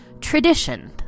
Tradition